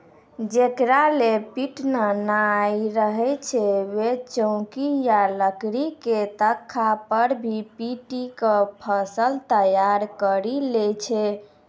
जेकरा लॅ पिटना नाय रहै छै वैं चौकी या लकड़ी के तख्ता पर भी पीटी क फसल तैयार करी लै छै